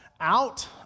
out